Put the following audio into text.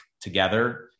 together